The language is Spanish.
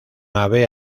ave